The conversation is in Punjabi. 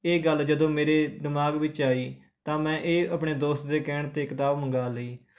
ਇਹ ਗੱਲ ਜਦੋਂ ਮੇਰੇ ਦਿਮਾਗ ਵਿੱਚ ਆਈ ਤਾਂ ਮੈਂ ਇਹ ਆਪਣੇ ਦੋਸਤ ਦੇ ਕਹਿਣ 'ਤੇ ਕਿਤਾਬ ਮੰਗਵਾ ਲਈ